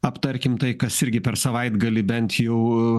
aptarkime tai kas irgi per savaitgalį bent jau